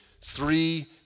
three